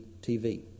TV